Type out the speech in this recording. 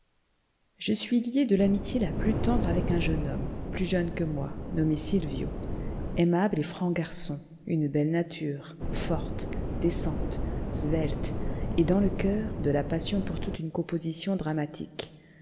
je suis lié de l'amitié la plus tendre avec un jeune homme plus jeune que moi nommé sylvio aimable et franc garçon une belle nature forte décente svelte et dans le coeur de la passion pour toute une composition dramatique